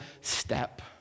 step